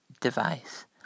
Device